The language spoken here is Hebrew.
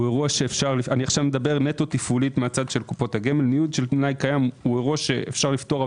אני מדבר נטו תפעולית מצד קופות הגמל אפשר לפתור,